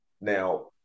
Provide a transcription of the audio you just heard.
Now